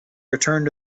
returned